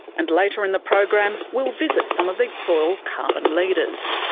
and later in the program we'll visit some of these soil carbon leaders.